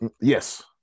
Yes